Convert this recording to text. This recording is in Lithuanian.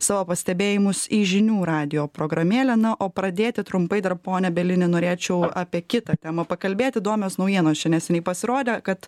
savo pastebėjimus į žinių radijo programėlę na o pradėti trumpai dar pone bielini norėčiau apie kitą temą pakalbėt įdomios naujienos čia neseniai pasirodė kad